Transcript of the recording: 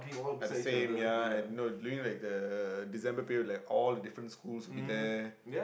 are the same ya and no during like the December period like all the different schools will be there